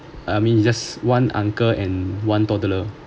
I mean it just one uncle and one toddler